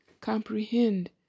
comprehend